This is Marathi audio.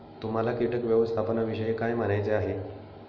तुम्हाला किटक व्यवस्थापनाविषयी काय म्हणायचे आहे?